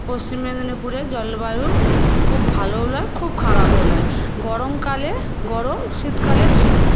পশ্চিম মেদিনীপুরের জলবায়ু খুব ভালোও নয় খুব খারাপও নয় গরমকালে গরম শীতকালে শীত